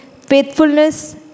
faithfulness